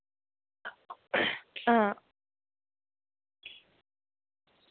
हां